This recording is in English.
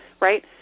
Right